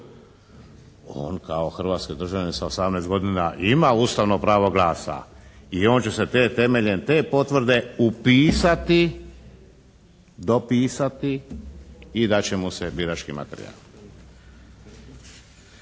On kao hrvatski državljanin sa 18 godina ima Ustavno pravo glasa i on će se temeljem te potvrde upisati, dopisati i dat će mu se birački materijali.